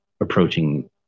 Approaching